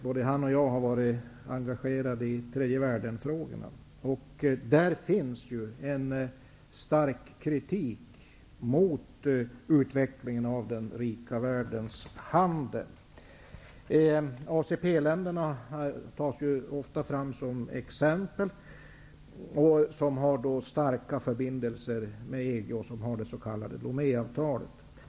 Både han och jag har varit engagerade i tredjevärldenfrågorna. Där finns en stark kritik mot utvecklingen av den rika världens handel. ACP-länderna tas ofta fram som exempel. De har starka förbindelser med EG och har det s.k. Lomé-avtalet.